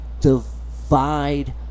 divide